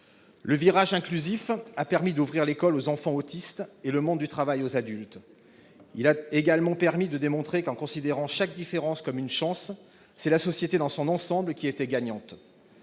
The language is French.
Le virage inclusif a permis d'ouvrir l'école aux enfants autistes et le monde du travail aux adultes. Il a également permis de démontrer que, en considérant chaque différence comme une chance, c'est la société dans son ensemble qui était gagnante.